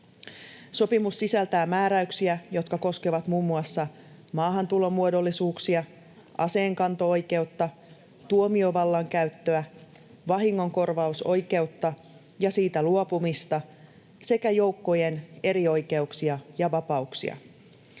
Sopimus sisältää määräyksiä, jotka koskevat muun muassa maahantulomuodollisuuksia, aseenkanto-oikeutta, tuomiovallan käyttöä, vahingonkorvausoikeutta ja siitä luopumista sekä joukkojen erioikeuksia ja vapauksia.